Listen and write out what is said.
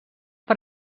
per